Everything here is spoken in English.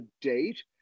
date